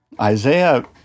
Isaiah